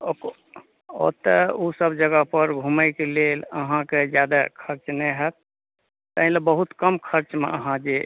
ओतय ओ सब जगह पर घुमय के लेल अहाँके जादे खर्च नहि होयत ताहि लेल बहुत कम खर्च मे अहाँ जे